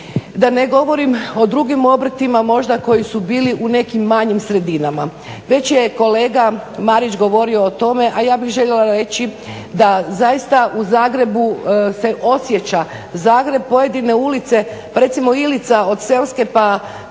Da ne govorim o drugim obrtima možda koji su bili u nekim manjim sredinama. Već je kolega Marić govorio o tome, a ja bih željela reći da zaista u Zagrebu se osjeća, Zagreb, pojedine ulice, pa recimo Ilica od Selske pa kada